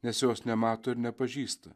nes jos nemato ir nepažįsta